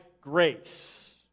grace